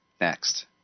Next